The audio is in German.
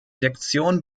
sektion